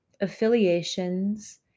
affiliations